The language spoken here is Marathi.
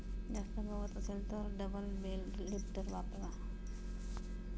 जास्त गवत असेल तर डबल बेल लिफ्टर वापरा